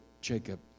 Jacob